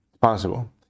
possible